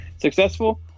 successful